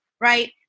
right